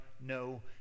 no